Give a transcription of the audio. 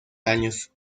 años